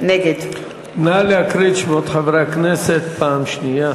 נגד נא להקריא את שמות חברי הכנסת פעם שנייה.